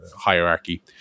hierarchy